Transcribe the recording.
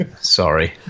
Sorry